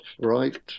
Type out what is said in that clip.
right